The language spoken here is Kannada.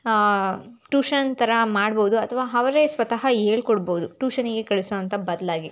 ಟೂಷನ್ ಥರ ಮಾಡ್ಬೋದು ಅಥವಾ ಅವರೇ ಸ್ವತಃ ಹೇಳ್ಕೊಡ್ಬೋದು ಟೂಷನ್ನಿಗೆ ಕಳಿಸೋಂಥ ಬದಲಾಗಿ